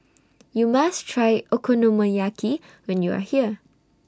YOU must Try Okonomiyaki when YOU Are here